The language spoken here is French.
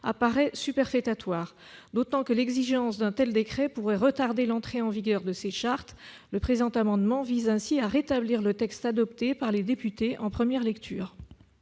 apparaît superfétatoire, d'autant qu'une telle exigence pourrait retarder l'entrée en vigueur de ces chartes. Le présent amendement vise ainsi à rétablir le texte adopté par les députés. L'amendement